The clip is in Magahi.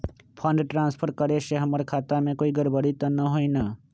फंड ट्रांसफर करे से हमर खाता में कोई गड़बड़ी त न होई न?